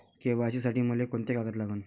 KYC साठी मले कोंते कागद लागन?